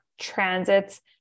transits